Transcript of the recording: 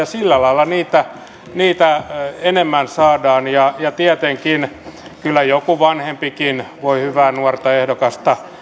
sillä lailla niitä enemmän saadaan ja ja tietenkin joku vanhempikin voi kyllä hyvää nuorta ehdokasta